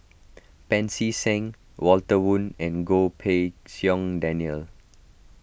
Pancy Seng Walter Woon and Goh Pei Siong Daniel